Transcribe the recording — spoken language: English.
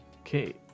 Okay